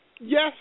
yes